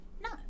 No